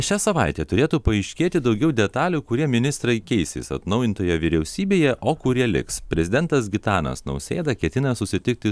šią savaitę turėtų paaiškėti daugiau detalių kurie ministrai keisis atnaujintoje vyriausybėje o kurie liks prezidentas gitanas nausėda ketina susitikti